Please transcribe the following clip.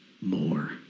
more